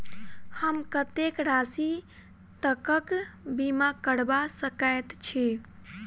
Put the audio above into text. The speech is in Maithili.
हम कत्तेक राशि तकक बीमा करबा सकैत छी?